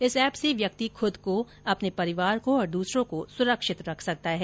इस एप से व्यक्ति खुद को अपने परिवार को और दूसरों को सुरक्षित रख सकता है